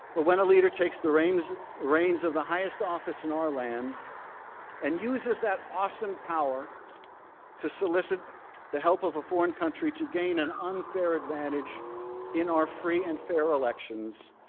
but when a leader takes the rains rains of the highest office in our land and uses that awesome power to solicit the help of a foreign country to gawn an unfair advantage in our free and fair elections,